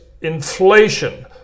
inflation